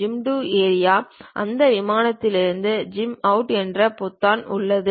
zoom to area அந்த விமானத்திலிருந்து zoom out போன்ற பொத்தான்கள் உள்ளன